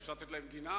אפשר לתת להם גינה?